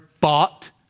bought